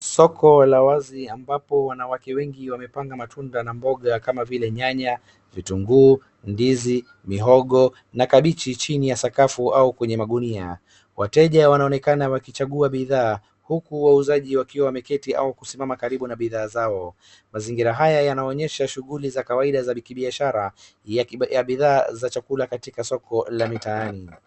Soko la wazi ambapo wanawake wengi wamepanga matunda na mboga kama vile nyanya, vitunguu, ndizi, mihogo na kabichi chini ya sakafu au kwenye magunia. Wateja wanaonekana wakichagua bidhaa, huku wauzaji wakiwa wameketi au kusimama karibu na bidhaa zao. Mazingira haya yanaonyesha shughuli za kawaida za kibiashara ya bidhaa za chakula katika soko la mitaani.